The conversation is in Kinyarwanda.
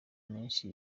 menshi